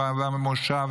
במושב,